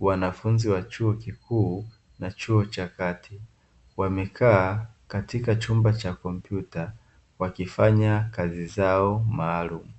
Wanafunzi wa chuo kikuu na chuo cha kati, wamekaa katika chumba cha kompyuta wakifanya kazi zao maalumu.